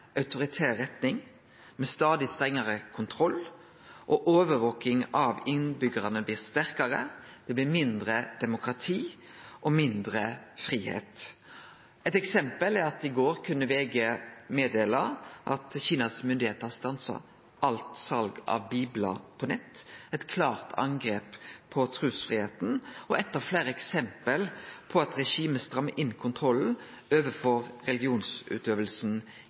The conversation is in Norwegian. autoritær retning med stadig strengare kontroll. Overvakinga av innbyggjarane blir sterkare, det blir mindre demokrati og mindre fridom. Eit eksempel er at i går kunne VG melde at Kinas myndigheiter har stansa alt sal av biblar på nett, eit klart angrep på trusfridomen og eitt av fleire eksempel på at regimet strammar inn kontrollen